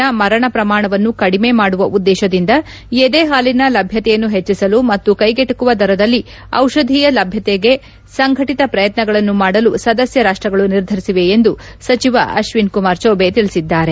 ನವಜಾತ ಶಿಶುವಿನ ಮರಣ ಪ್ರಮಾಣವನ್ನು ಕಡಿಮೆ ಮಾಡುವ ಉದ್ದೇಶದಿಂದ ಎದೆ ಹಾಲಿನ ಲಭ್ಯತೆಯನ್ನು ಹೆಚ್ಚಿಸಲು ಮತ್ತು ಕೈಗೆಟುಕುವ ದರದಲ್ಲಿ ಔಷಧಿಯ ಲಭ್ಯತೆಗೆ ಸಂಘಟತ ಪ್ರಯತ್ನಗಳನ್ನು ಮಾಡಲು ಸದಸ್ಯ ರಾಷ್ನಗಳು ನಿರ್ಧರಿಸಿವೆ ಎಂದು ಸಚಿವ ಅತ್ತಿನ್ ಕುಮಾರ್ ಚೌಬಿ ಹೇಳದ್ದಾರೆ